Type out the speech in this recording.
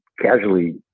casually